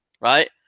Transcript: right